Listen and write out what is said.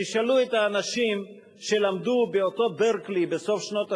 תשאלו את האנשים שלמדו באותה ברקלי בסוף שנות ה-60,